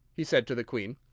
he said to the queen.